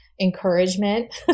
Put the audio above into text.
encouragement